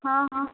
हा हा